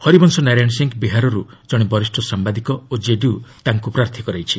ହରିବଂଶ ନାରାୟଣ ସିଂ ବିହାରରୁ କଣେ ବରିଷ୍ଠ ସାମ୍ଘାଦିକ ଓ କେଡିୟୁ ତାଙ୍କୁ ପ୍ରାର୍ଥୀ କରାଇଛି